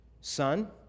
Son